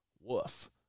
woof